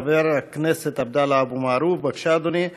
חבר הכנסת עבדאללה אבו מערוף, בבקשה, אדוני.